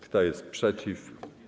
Kto jest przeciw?